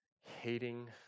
hating